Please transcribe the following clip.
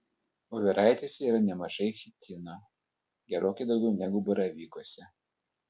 voveraitėse yra nemažai chitino gerokai daugiau negu baravykuose